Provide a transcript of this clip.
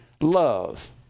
love